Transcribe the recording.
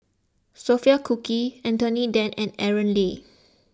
Sophia Cooke Anthony then and Aaron Lee